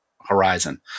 Horizon